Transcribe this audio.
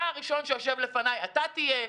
אתה הראשון שיושב לפניי, אתה תהיה?